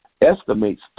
estimates